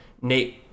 Nate